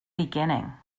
beginning